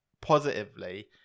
positively